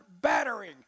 battering